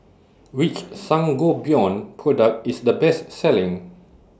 Which Sangobion Product IS The Best Selling